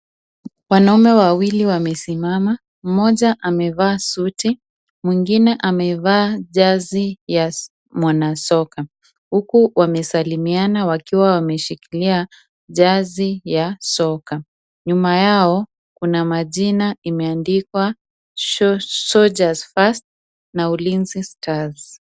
Wanaume wawili wamesimama, mmoja amevaa suti, mwingine amevaa jazi ya mwanasoka ,huku wamesalimiana wakiwa wakishikiria jazi ya soka. Nyuma yao, kuna majina imeandikwa, soldiers first na Ulinzi stars.